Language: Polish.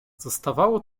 zostawało